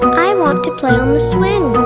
i want to play on the swing